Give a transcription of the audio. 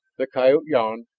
the coyote yawned,